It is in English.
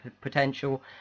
potential